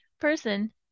person